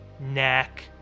neck